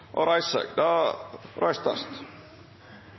og reiser,